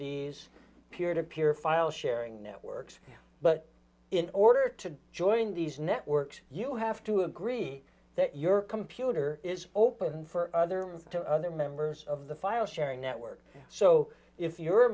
these peer to peer file sharing networks but in order to join these networks you have to agree that your computer is open for other two other members of the file sharing network so if you're a